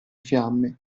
fiamme